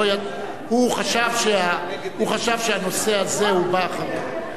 הוא חשב שהנושא הזה בא אחרון.